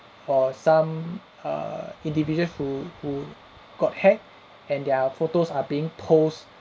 err some err individuals who who got hacked and their photos are being post